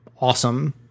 awesome